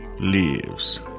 lives